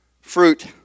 fruit